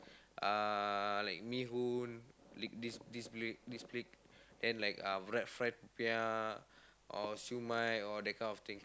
uh like mee-hoon like this this plate this plate then like uh fried popiah or siew-mai all that kind of thing